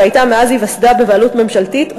שהייתה מאז היווסדה בבעלות ממשלתית,